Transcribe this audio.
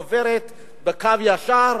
עוברת בקו ישר,